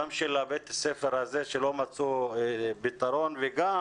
גם של בית הספר הזה, שלא מצאו פתרון, וגם